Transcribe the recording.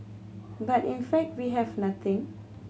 but in fact we have nothing